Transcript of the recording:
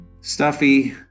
stuffy